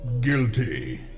Guilty